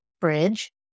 bridge